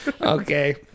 Okay